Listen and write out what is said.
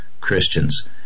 Christians